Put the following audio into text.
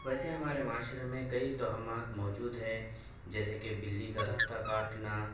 ویسے ہمارے معاشرے میں کئی توہمات موجود ہیں جیسے کہ بلی کا رستہ کاٹنا